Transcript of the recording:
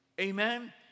Amen